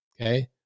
Okay